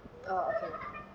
orh okay